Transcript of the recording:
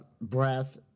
breath